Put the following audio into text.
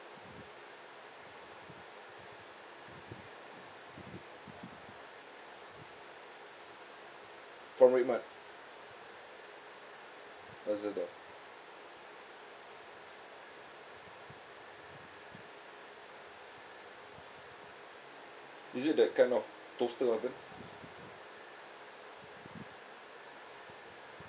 from redmart lazada is it that kind of toaster oven